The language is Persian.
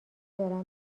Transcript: دارن